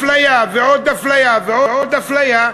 אפליה ועוד אפליה ועוד אפליה,